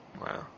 Wow